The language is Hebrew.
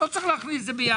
לא צריך להכניס את זה ביחד.